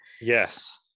yes